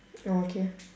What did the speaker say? oh okay